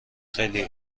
خیلی